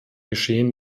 geschehen